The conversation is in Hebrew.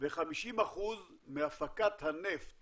ו-50% מהפקת הנפט